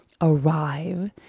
Arrive